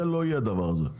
לא יהיה הדבר הזה.